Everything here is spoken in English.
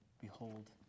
behold